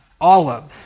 olives